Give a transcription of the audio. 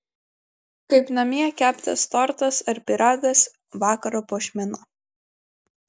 kaip namie keptas tortas ar pyragas vakaro puošmena